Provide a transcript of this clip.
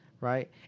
Right